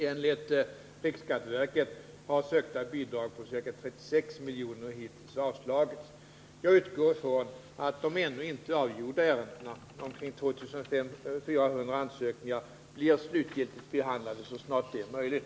Enligt riksskatteverket har sökta bidrag på ca 36 milj.kr. hittills avslagits. Jag utgår ifrån att de ännu icke avgjorda ärendena — omkring 2 400 ansökningar — blir slutligt behandlade så snart detta är möjligt.